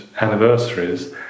anniversaries